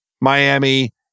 Miami